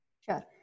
sure